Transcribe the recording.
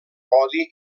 odi